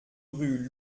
rue